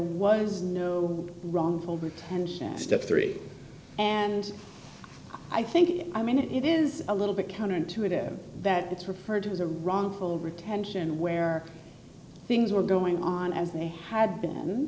was no wrongful detention step three and i think i mean it is a little bit counterintuitive that it's referred to as a wrongful retention where things were going on as they had been